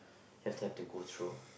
you have to have to go through